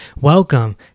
Welcome